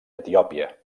etiòpia